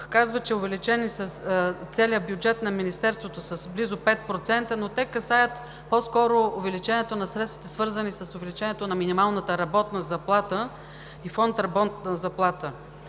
казвате, че е увеличен целият бюджет на Министерството с близо 5%, но те касаят по-скоро увеличението на средствата, свързани с увеличението на минималната работна заплата и фонд „Работна заплата“.